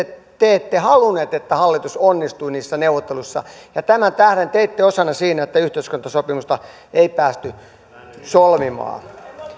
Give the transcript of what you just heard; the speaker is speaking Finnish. te ette halunneet että hallitus onnistui niissä neuvotteluissa ja tämän tähden teitte osannne siinä että yhteiskuntasopimusta ei päästy solmimaan